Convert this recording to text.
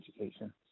education